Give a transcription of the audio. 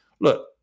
look